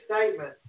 statement